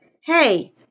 hey